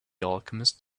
alchemist